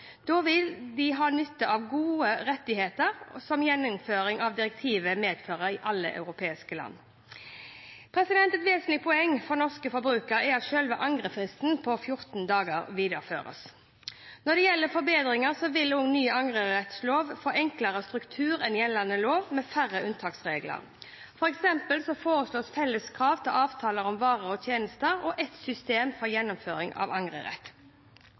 Da vil de ha nytte av gode rettigheter som gjennomføring av direktivet medfører i alle europeiske land. Et vesentlig poeng for norske forbrukere er at selve angrefristen på 14 dager videreføres. Når det gjelder forbedringer, vil også den nye angrerettloven få enklere struktur enn gjeldende lov, med færre unntaksregler. For eksempel foreslås felles krav til avtaler om varer og tjenester, og ett system for gjennomføring av angrerett.